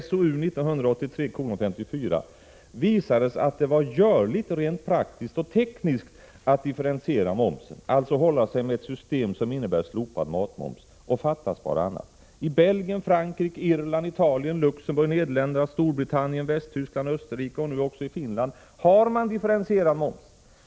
1 april 1987 I SOU 1983:54 visades att det var görligt rent praktiskt och tekniskt att differentiera momsen, dvs. att hålla sig med ett system som innebär slopad matmoms — fattas bara annat. I Belgien, Frankrike, Irland, Italien, Luxemburg, Nederländerna, Storbritannien, Västtyskland, Österrike och nu också i Finland har man differentierad moms.